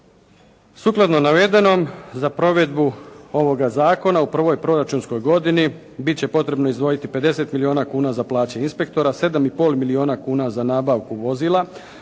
Sukladno navedenom za provedbu ovoga zakona u prvoj proračunskoj godini biti će potrebno izdvojiti 50 milijuna kuna za plaće inspektora, 7 i pol milijuna kuna za nabavku vozila,